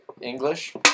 english